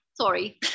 Sorry